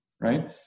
right